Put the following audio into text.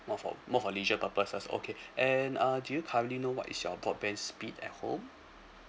more for more for leisure purposes okay and uh do you currently know what is your broadband speed at home